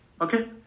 Okay